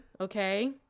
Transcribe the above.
okay